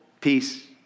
peace